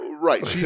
Right